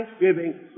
thanksgiving